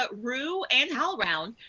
but roo and howlround,